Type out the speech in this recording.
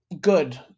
good